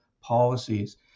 policies